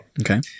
Okay